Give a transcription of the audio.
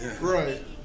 Right